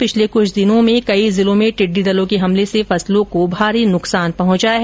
पिछले कुछ दिनों में कई जिलों में टिड्डी दलों के हमले से फसलों को भारी नुकसान पहुंचा है